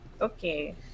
Okay